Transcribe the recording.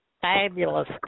fabulous